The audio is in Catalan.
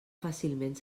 fàcilment